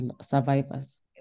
survivors